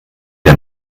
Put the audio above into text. der